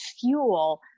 fuel